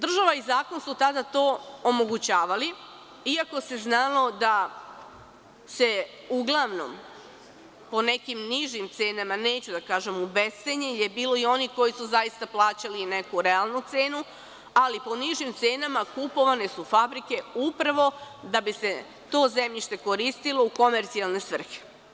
Država i zakon su tada to omogućavali iako se znalo da se uglavnom po nekim nižim cenama, neću da kažem u bescenje, je bilo i onih koji su zaista plaćali i neku realnu cenu, ali po nižim cenama kupovane su fabrike upravo da bi se to zemljište koristilo u komercijalne svrhe.